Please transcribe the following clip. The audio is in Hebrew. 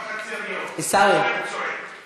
בחצר ירו, עכשיו שעה וחצי כל ג'לג'וליה עומדת.